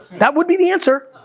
that would be the answer,